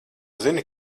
zini